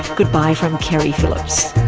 goodbye from keri phillips